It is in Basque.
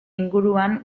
inguruan